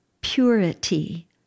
purity